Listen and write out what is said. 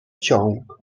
ciąg